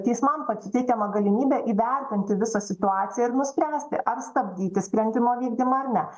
teismam pa suteikiama galimybė įvertinti visą situaciją ir nuspręsti ar stabdyti sprendimo vykdymą ar ne